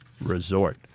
Resort